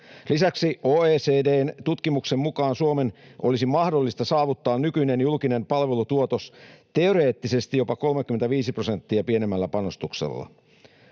Lisäksi OECD:n tutkimuksen mukaan Suomen olisi mahdollista saavuttaa nykyinen julkinen palvelutuotos teoreettisesti jopa 35 prosenttia pienemmällä panostuksella.